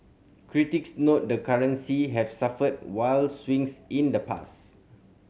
critics note the currency has suffered wild swings in the past